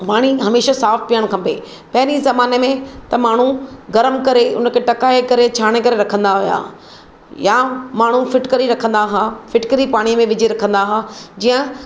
पाणी हमेशा साफ़ु पीअणु खपे पहिरीं ज़माने में त माण्हू गरमु करे उन खे टहिकाए करे छाणे करे रखंदा हुया या माण्हू फिटकड़ी रखंदा हुआ फिटकड़ी पाणी में विझी रखंदा हुआ जीअं